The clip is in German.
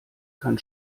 kann